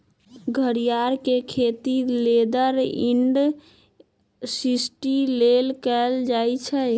घरियार के खेती लेदर इंडस्ट्री लेल कएल जाइ छइ